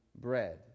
bread